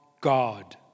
God